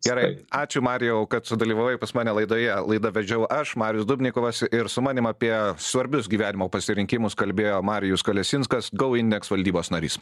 gerai ačiū marijau kad sudalyvavai pas mane laidoje laidą vedžiau aš marius dubnikovas ir su manim apie svarbius gyvenimo pasirinkimus kalbėjo marijus kalesinskas gou indeks valdybos narys